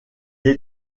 est